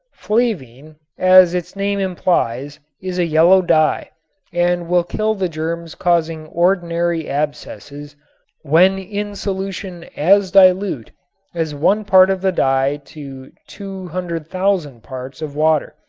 flavine, as its name implies, is a yellow dye and will kill the germs causing ordinary abscesses when in solution as dilute as one part of the dye to two hundred thousand parts of water,